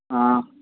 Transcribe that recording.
हाँ